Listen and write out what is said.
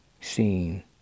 seen